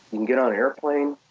can get on an airplane,